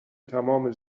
تمام